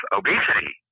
obesity